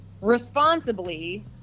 responsibly